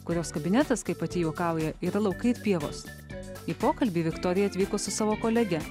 kurios kabinetas kaip pati juokauja yra laukai ir pievos į pokalbį viktorija atvyko su savo kolege